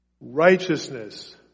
Righteousness